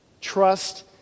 Trust